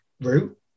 route